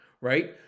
right